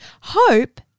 Hope